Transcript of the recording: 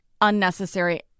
unnecessary